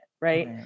right